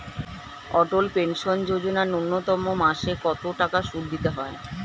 অটল pension Yojana ন্যূনতম মাসে কত টাকা সুধ দিতে হয়?